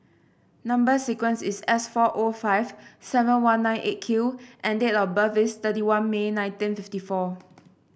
number sequence is S four O five seven one nine Eight Q and date of birth is thirty one May nineteen fifty four